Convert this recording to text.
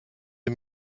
sie